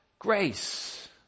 Grace